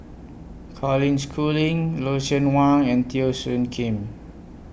Colin Schooling Lucien Wang and Teo Soon Kim